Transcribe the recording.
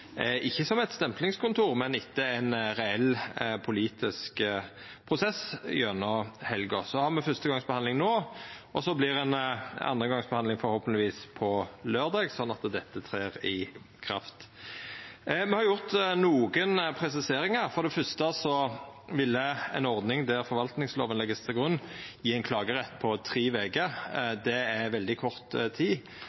– ikkje som eit stemplingskontor, men etter ein reell politisk prosess gjennom helga. Me har fyrste gongs behandling no, og så vert det forhåpentleg ei andre gongs behandling på laurdag, sånn at dette trer i kraft. Me har gjort nokre presiseringar. For det fyrste ville ei ordning der forvaltningsloven ligg til grunn, gje ein klagerett på tre veker.